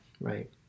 Right